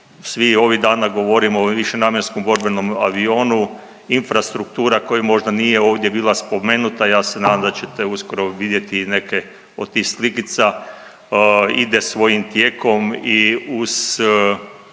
svi ovih dana govorimo o višenamjenskom borbenom avionu, infrastruktura koja može nije ovdje bila spomenuta, ja se nadam da ćete uskoro vidjeti i neke od tih slikica ide svojim tijekom i uz